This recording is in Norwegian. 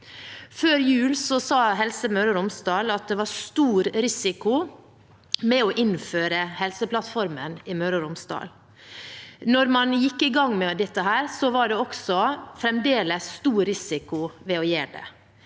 Før jul sa man i Helse Møre og Romsdal at det var stor risiko ved å innføre Helseplattformen i Møre og Romsdal. Da man gikk i gang med dette, var det fremdeles stor risiko ved å gjøre det.